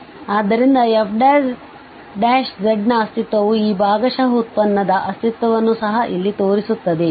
ಆದ್ದರಿಂದ f ನ ಅಸ್ತಿತ್ವವು ಈ ಭಾಗಶಃ ಉತ್ಪನ್ನದ ಅಸ್ತಿತ್ವವನ್ನು ಸಹ ಇಲ್ಲಿ ತೋರಿಸುತ್ತದೆ